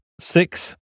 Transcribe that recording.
Six